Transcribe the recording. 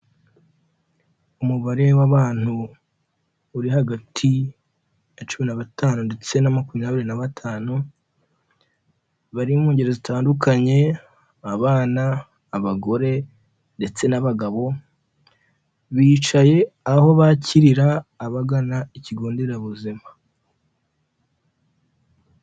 Umubare w'abantu, uri hagati ya cumi na batanu ndetse na makumyabiri na batanu, bari mu ngeri zitandukanye: abana, abagore ndetse n'abagabo, bicaye aho bakirira abagana ikigo nderabuzima.